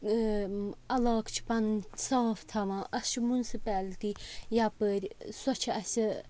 علاقہٕ چھِ پَنٕنۍ صاف تھاوان اَسہِ چھِ مُنسِپیلٹی یَپٲرۍ سۄ چھِ اَسہِ